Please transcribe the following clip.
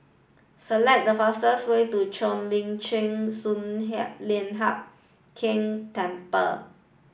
select the fastest way to Cheo Lim Chin Sun Hup Lian Hup Keng Temple